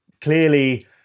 Clearly